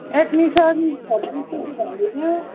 admission फब्रुअरीदेखि भन्दै थियो